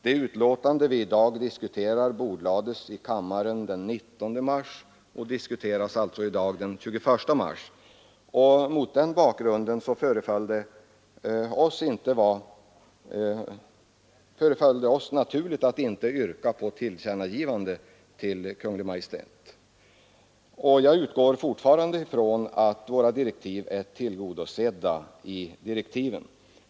Det betänkande vi i dag diskuterar bordlades i kammaren den 19 mars och diskuteras alltså i dag, den 21 mars. Mot den bakgrunden förefaller det oss naturligt att inte yrka att motionens innehåll ges Kungl. Maj:t till känna. Jag utgår fortfarande från att våra krav är tillgodosedda i direktiven.